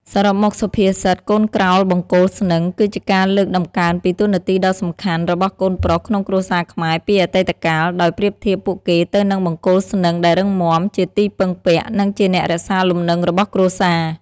សរុបមក សុភាសិត "កូនក្រោលបង្គោលស្នឹង" គឺជាការលើកតម្កើងពីតួនាទីដ៏សំខាន់របស់កូនប្រុសក្នុងគ្រួសារខ្មែរពីអតីតកាល ដោយប្រៀបធៀបពួកគេទៅនឹងបង្គោលស្នឹងដែលរឹងមាំ ជាទីពឹងពាក់ និងជាអ្នករក្សាលំនឹងរបស់គ្រួសារ។